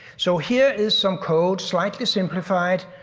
so here is some code, slightly simplified.